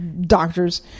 Doctors